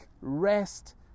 rest